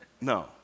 No